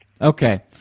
Okay